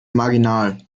marginal